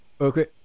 Okay